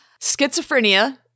schizophrenia